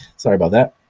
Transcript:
sorry about that.